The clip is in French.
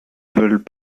veulent